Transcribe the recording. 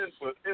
input